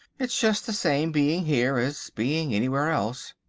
it's just the same being here as being anywhere else.